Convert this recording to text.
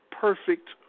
perfect